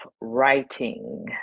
writing